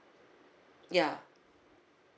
ya